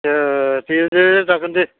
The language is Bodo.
ए दे दे दे जागोन दे